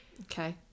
Okay